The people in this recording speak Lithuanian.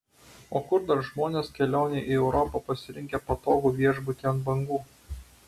o kur dar žmonės kelionei į europą pasirinkę patogų viešbutį ant bangų